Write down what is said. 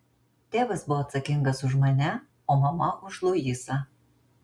tėvas buvo atsakingas už mane o mama už luisą